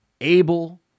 able